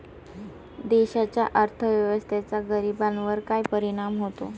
देशाच्या अर्थव्यवस्थेचा गरीबांवर काय परिणाम होतो